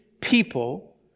people